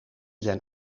zijn